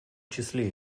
числе